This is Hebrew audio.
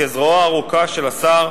כזרועו הארוכה של השר,